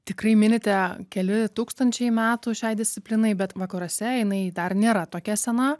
tikrai minite keli tūkstančiai metų šiai disciplinai bet vakaruose jinai dar nėra tokia sena